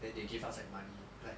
then they give us like money like